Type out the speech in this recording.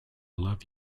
love